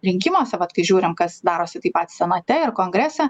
rinkimuose vat kai žiūrim kas darosi taip pat senate ir kongrese